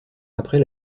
après